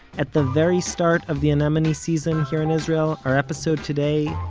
at the very start of the anemone season here in israel, our episode today,